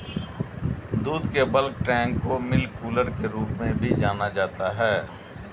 दूध के bulk tank को मिल्क कूलर के रूप में भी जाना जाता है